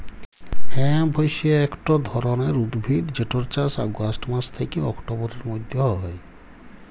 hemp হইসে একট ধরণের উদ্ভিদ যেটর চাস অগাস্ট মাস থ্যাকে অক্টোবরের মধ্য হয়